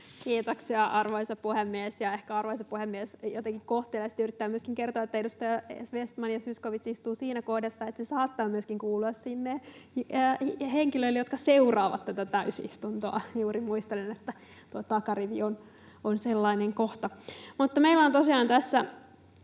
Kiitoksia, arvoisa puhemies! Ehkä arvoisa puhemies jotenkin kohteliaasti yrittää myöskin kertoa, että edustajat Vestman ja Zyskowicz istuvat siinä kohdassa, että se saattaa kuulua myöskin henkilöille, jotka seuraavat tätä täysistuntoa. Juuri muistelen, että tuo takarivi on sellainen kohta. Meillä on tosiaan tässä